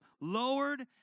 lowered